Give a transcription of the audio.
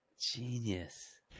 Genius